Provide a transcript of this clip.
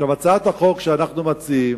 הצעת החוק שאנחנו מציעים,